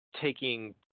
taking